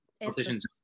politicians